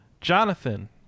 Jonathan